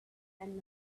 and